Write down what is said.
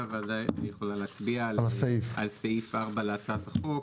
הוועדה יכולה להצביע על סעיף 4 להצעת החוק,